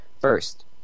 First